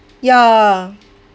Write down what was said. yeah